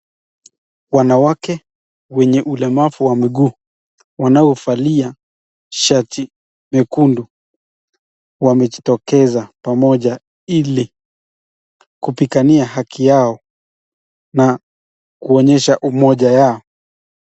Wanawake wenye ulemavu wa miguu wanaovalia shati mekundu wamejitokeza pamoja ili kupigania haki yao na kuonyesha umoja yao.